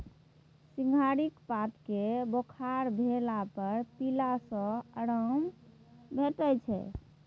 सिंहारिक पात केँ बोखार भेला पर पीला सँ आराम भेटै छै